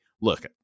Look